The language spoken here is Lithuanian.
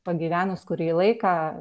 pagyvenus kurį laiką